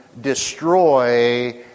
destroy